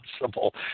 possible